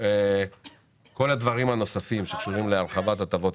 כל הדברים הנוספים שקשורים להרחבת הטבות